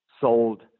sold